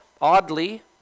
oddly